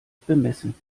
bemessen